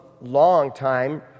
long-time